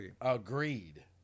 Agreed